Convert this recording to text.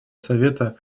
совета